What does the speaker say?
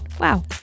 Wow